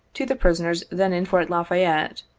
to the prisoners then in fort la fayette.